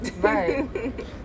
right